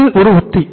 இது ஒரு உத்தி